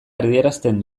adierazten